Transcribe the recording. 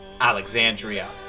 Alexandria